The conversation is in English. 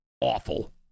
awful